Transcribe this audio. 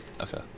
Okay